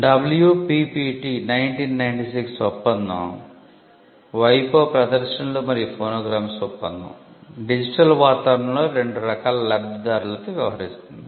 WPPT 1996 ఒప్పందం digital వాతావరణంలో రెండు రకాల లబ్ధిదారులతో వ్యవహరిస్తుంది